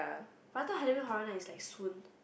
but I thought having horror night is like soon